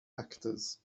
actors